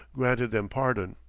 granted them pardon.